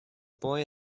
boy